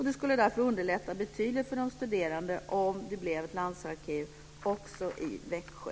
Det skulle därför underlätta betydligt för de studerande om det blev ett landsarkiv också i Växjö.